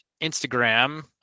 Instagram